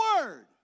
word